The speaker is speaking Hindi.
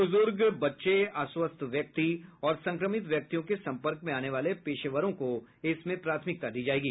बुजुर्ग बच्चे अस्वस्थ व्यक्ति और संक्रमित व्यक्तियों के संपर्क में आने वाले पेशेवरों को इसमें प्राथमिकता दी जाएगी